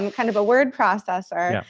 and kind of a word processor. yeah